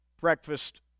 breakfast